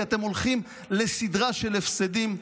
כי אתם הולכים לסדרה של הפסדים,